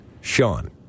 Sean